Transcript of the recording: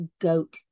Goat